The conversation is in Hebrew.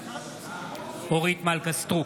בעד אורית מלכה סטרוק,